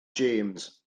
james